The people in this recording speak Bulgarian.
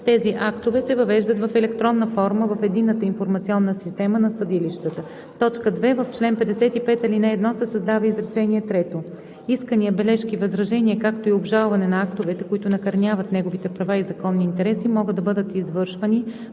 Тези актове се въвеждат в електронна форма в eдинната информационна система на съдилищата.“ 2. В чл. 55, ал. 1 се създава изречение трето: „Искания, бележки, възражения, както и обжалване на актовете, които накърняват неговите права и законни интереси, могат да бъдат извършвани